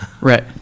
Right